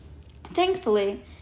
Thankfully